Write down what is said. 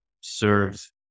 serve